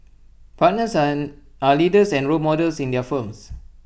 partners an are leaders and role models in their firms